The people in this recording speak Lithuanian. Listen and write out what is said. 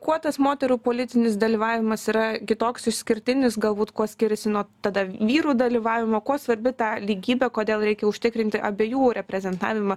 kuo tas moterų politinis dalyvavimas yra kitoks išskirtinis galbūt kuo skiriasi nuo tada vyrų dalyvavimo kuo svarbi ta lygybė kodėl reikia užtikrinti abiejų reprezentavimą